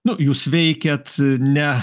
nu jūs veikiat ne